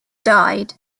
died